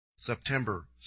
September